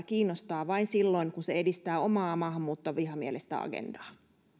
kiinnostaa vain silloin kun se edistää omaa maahanmuuttovihamielistä agendaa kun